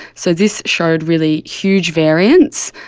so this showed really huge variance,